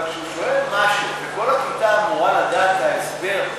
אבל כשהוא שואל משהו וכל הכיתה אמורה לדעת את ההסבר,